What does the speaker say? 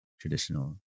traditional